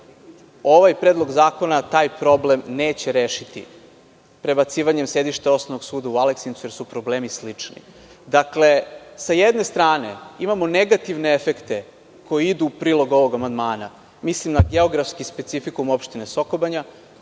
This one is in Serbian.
Ovaj predlog zakona taj problem neće rešiti, prebacivanje sedišta Osnovnog suda u Aleksincu, jer su problemi slični. Dakle, sa jedne strane imamo negativne efekte koji idu u prilog ovog amandmana, mislim na geografski specifikum opštine Soko Banja,